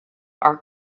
are